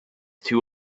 too